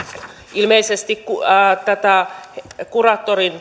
ilmeisesti tätä kuraattorin